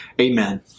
Amen